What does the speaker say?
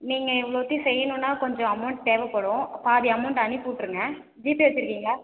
நீங்கள் இவ்வளோத்தியும் செய்யணும்னா கொஞ்சம் அமௌண்ட் தேவைப்படும் பாதி அமௌண்ட் அனுப்பிவிட்ருங்க ஜிபே வச்சுருக்கீங்களா